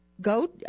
Go